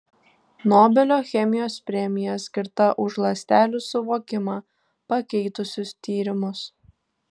nobelio chemijos premija skirta už ląstelių suvokimą pakeitusius tyrimus